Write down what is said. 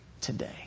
today